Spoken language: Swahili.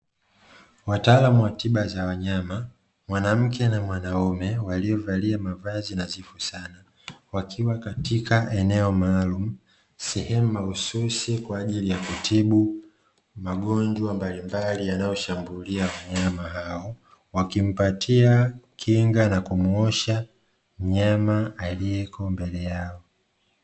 Wataalamu wa tiba za wanyama mwanamke na mwanaume, waliovalia mavazi nadhifu sana, wakiwa katika eneo maalumu, sehemu mahususi kwa ajili ya kutibu magonjwa mbalimbali yanayo shambulia wanyama hao, wakimpatia kinga na kumuosha manyama aliyeko mbele yao.